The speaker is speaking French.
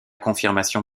confirmation